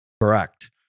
correct